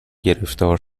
گرفتار